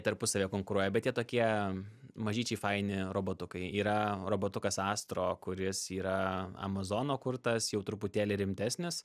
tarpusavyje konkuruoja bet jie tokie mažyčiai faini robotukai yra robotukas astro kuris yra amazono kurtas jau truputėlį rimtesnis